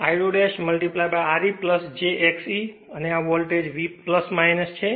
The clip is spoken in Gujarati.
I2 R e j Xe અને આ વોલ્ટેજ છે